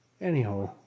anyhow